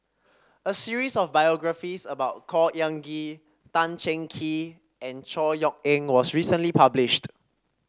a series of biographies about Khor Ean Ghee Tan Cheng Kee and Chor Yeok Eng was recently published